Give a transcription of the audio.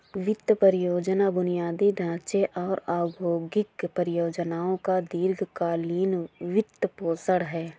वित्त परियोजना बुनियादी ढांचे और औद्योगिक परियोजनाओं का दीर्घ कालींन वित्तपोषण है